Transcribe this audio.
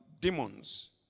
demons